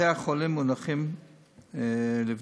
בתי-החולים מונחים לבדוק.